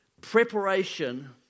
preparation